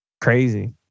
Crazy